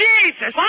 Jesus